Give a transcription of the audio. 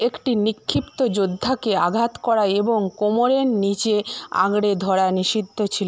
একটি নিক্ষিপ্ত যোদ্ধাকে আঘাত করা এবং কোমরের নীচে আঁকড়ে ধরা নিষিদ্ধ ছিল